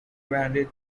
granted